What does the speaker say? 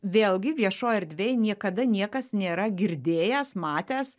vėlgi viešoj erdvėj niekada niekas nėra girdėjęs matęs